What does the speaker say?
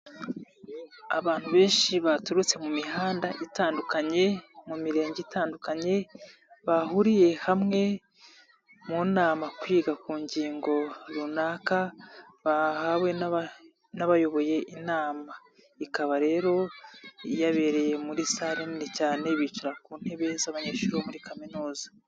Abantu benshi baturutse mu mihanda itandukanye mu mirenge itandukanye bahuriye hamwe mu nama kwiga ku ngingo runaka bahawe n'abayoboye inama ikaba rero yabereye muri salle nini cyane bicara ku ntebe z'abanyeshuri bo muri kaminuza.